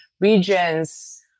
regions